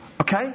Okay